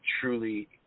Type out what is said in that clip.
truly